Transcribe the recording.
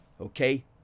Okay